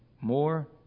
more